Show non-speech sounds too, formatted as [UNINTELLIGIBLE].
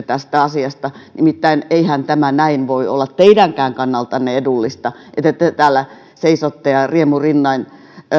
[UNINTELLIGIBLE] tästä asiasta nimittäin eihän tämä voi olla teidänkään kannaltanne edullista että te täällä seisotte ja riemurinnoin